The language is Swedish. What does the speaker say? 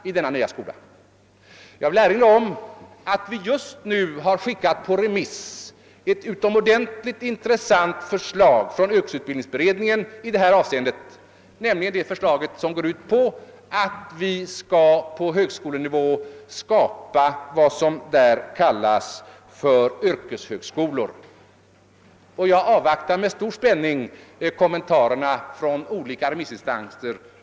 Jag vill också erinra om att vi just nu har skickat på remiss ett utomordentligt intressant förslag från yrkesutbildningsberedningen i detta avseende, nämligen ett förslag som går ut på att vi skall på högskolenivå skapa vad som där kallas för yrkeshögskolor. Jag avvaktar med stor spänning kommentarerna härvidlag från olika remissinstanser.